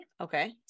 Okay